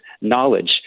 knowledge